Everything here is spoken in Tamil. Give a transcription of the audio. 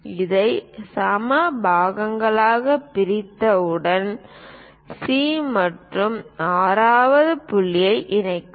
இதை சம பகுதிகளாகப் பிரித்தவுடன் சி மற்றும் 6 வது புள்ளிகளை இணைக்கவும்